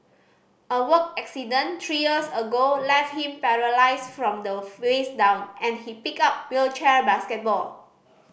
a work accident three years ago left him paralysed from the waist down and he picked up wheelchair basketball